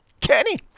Kenny